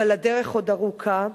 אבל הדרך עוד ארוכה.